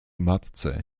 matce